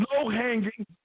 low-hanging